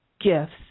gifts